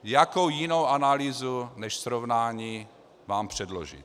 Jakou jinou analýzu než srovnání mám předložit?